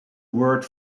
word